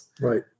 right